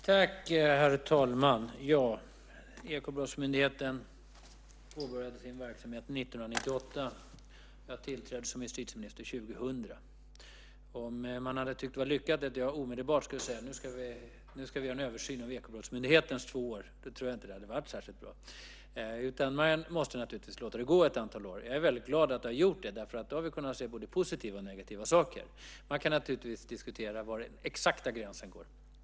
Herr talman! Ekobrottsmyndigheten påbörjade sin verksamhet 1998. Jag tillträdde som justitieminister 2000. Jag tror inte att man hade tyckt att det var lyckat om jag omedelbart hade sagt att det nu skulle göras en översyn av Ekobrottsmyndighetens två år. Det måste naturligtvis gå ett antal år. Jag är glad att det har gjort det eftersom vi har kunnat se både positiva och negativa saker. Man kan naturligtvis diskutera var den exakta gränsen går.